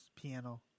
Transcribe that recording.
piano